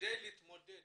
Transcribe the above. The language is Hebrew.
כדי להתמודד